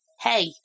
hey